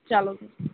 چلو